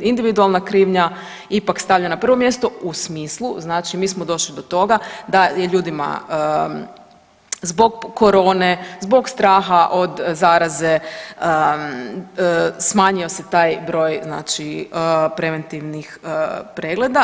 individualna krivnja ipak stavlja na prvo mjesto u smislu znači mi smo došli do toga da je ljudima zbog korone, zbog straha od zaraze smanjio se taj broj znači preventivnih pregleda.